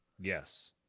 Yes